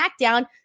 SmackDown